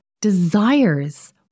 desires